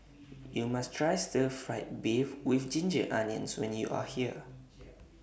YOU must Try Stir Fried Beef with Ginger Onions when YOU Are here